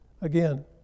again